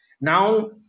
Now